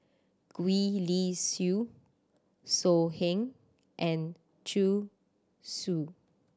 Gwee Li Sui So Heng and Zhu Xu